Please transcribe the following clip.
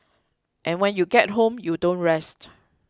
and when you get home you don't rest